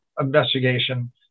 investigation